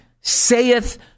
saith